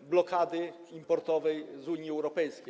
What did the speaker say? blokady importowej ze strony Unii Europejskiej.